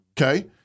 okay